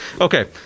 Okay